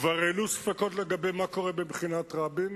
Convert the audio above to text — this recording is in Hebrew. כבר העלו ספקות לגבי מה קורה במכינת רבין,